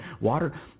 water